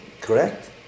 correct